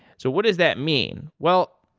so what does that mean? well,